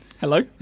hello